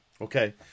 Okay